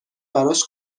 براش